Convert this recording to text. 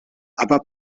aber